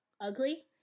ugly